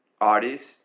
artists